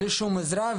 בלי שום עזרה,